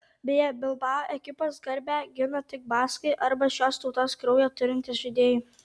beje bilbao ekipos garbę gina tik baskai arba šios tautos kraujo turintys žaidėjai